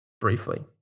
briefly